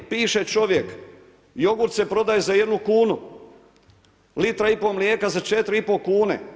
Piše čovjek, jogurt se prodaje za jednu kunu, litra i pol mlijeka za 4,5 kune.